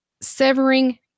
severing